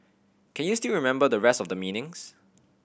can you still remember the rest of the meanings